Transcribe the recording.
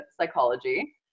psychology